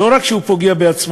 לא רק שהוא פוגע בעצמו,